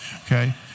Okay